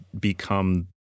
become